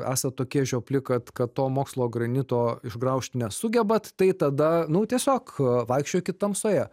esat tokie žiopli kad kad to mokslo granito išgraužt nesugebat tai tada nu tiesiog vaikščiokit tamsoje